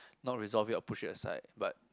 not resolve it or push it aside but